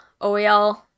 OEL